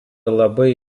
labai